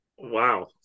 Wow